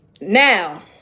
Now